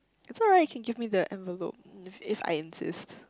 it's alright can give me the envelope if if I insist